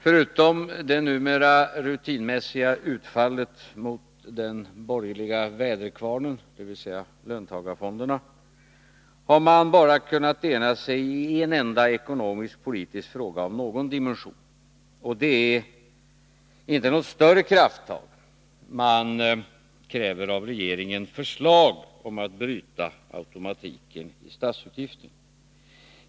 Förutom det numera rutinmässiga utfallet mot den borgerliga väderkvarnen, dvs. löntagarfonderna, har man kunnat ena sig bara i en enda ekonomisk fråga av någon dimension. Det är inte några större krafttag man kräver av regeringen, bara förslag om att bryta automatiken i statsutgifterna.